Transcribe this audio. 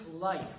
life